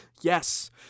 Yes